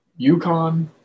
UConn